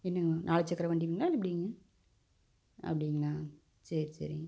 என்ன நாலு சக்கர வண்டிங்களா எப்படிங்க அப்படிங்களா சரி சரிங்க